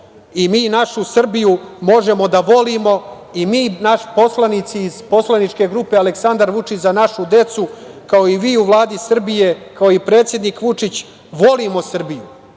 Mi našu Srbiju možemo da volimo. Mi, poslanici iz poslaničke grupe „Aleksandar Vučić – Za našu decu“, kao i vi u Vladi Srbije, kao i predsednik Vučić volimo Srbiju.